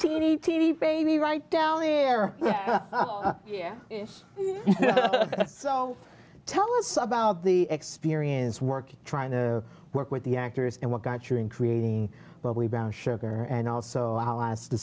teeny tiny baby right down there yeah so tell us about the experience working trying to work with the actors and what got you in creating but we bow sugar and also allies the